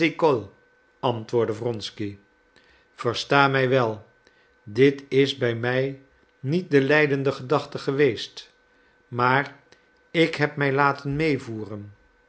antwoordde wronsky versta mij wel dit is bij mij niet de leidende gedachte geweest maar ik heb mij laten meevoeren